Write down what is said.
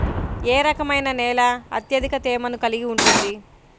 ఏ రకమైన నేల అత్యధిక తేమను కలిగి ఉంటుంది?